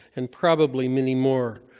and probably many more.